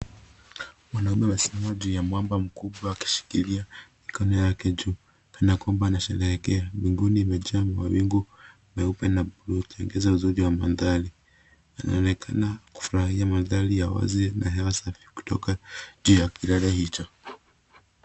Mwanaume amesimama juu ya mwamba mkubwa akishikilia mikono yake juu kana kwamba anasherehekea mbinguni imejaa mawingu meupe na bluu ikiongeza uzuri wa mandhari. Anaonekana kufurahia mandhari ya wazi na hewa safi kutoka juu ya kilele hicho.